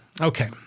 okay